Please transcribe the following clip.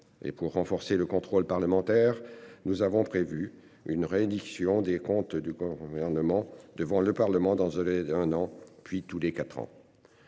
et pour renforcer le contrôle parlementaire. Nous avons prévu une réédition des comptes du corps au gouvernement devant le Parlement dans un délai d'un an, puis tous les quatre ans.